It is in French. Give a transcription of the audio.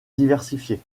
diversifiée